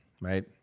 right